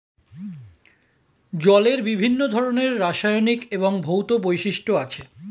জলের বিভিন্ন ধরনের রাসায়নিক এবং ভৌত বৈশিষ্ট্য আছে